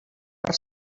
per